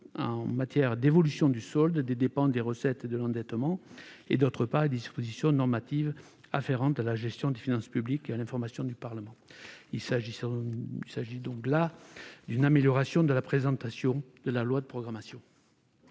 en matière d'évolution du solde, des dépenses, des recettes et de l'endettement, et, d'autre part, les dispositions normatives afférentes à la gestion des finances publiques et à l'information du Parlement. On améliorera ainsi la présentation de la loi de programmation.